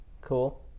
Cool